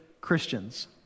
Christians